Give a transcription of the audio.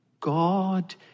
God